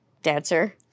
Dancer